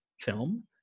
film